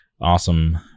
awesome